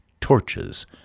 Torches